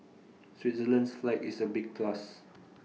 Switzerland's flag is A big plus